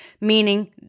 meaning